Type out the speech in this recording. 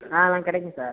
ஆ அதெலாம் கிடைக்கும் சார்